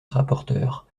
rapporteur